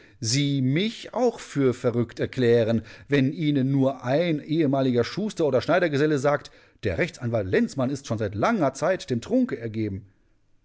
sie mich auch für verrückt erklären wenn ihnen nur ein ehemaliger schuster oder schneidergeselle sagt der rechtsanwalt lenzmann ist schon seit langer zeit dem trunke ergeben